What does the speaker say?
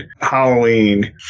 Halloween